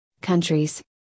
countries